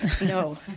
no